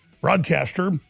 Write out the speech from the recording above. broadcaster